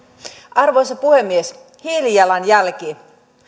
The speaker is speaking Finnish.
arvoisa puhemies hiilijalanjälki